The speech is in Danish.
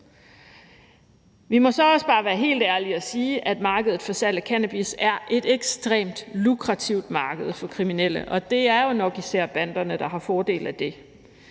Vi må så også bare være helt ærlige og sige, at markedet for salg af cannabis er et ekstremt lukrativt marked for kriminelle, og det er jo nok især banderne, der har fordel af det.